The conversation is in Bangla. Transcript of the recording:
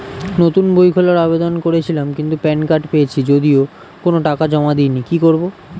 নতুন বই খোলার আবেদন করেছিলাম কিন্তু প্যান কার্ড পেয়েছি যদিও কোনো টাকা জমা দিইনি কি করব?